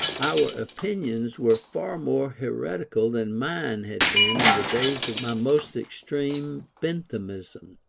our opinions were far more heretical than mine had been in the days of my most extreme benthamism.